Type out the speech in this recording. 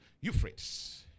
Euphrates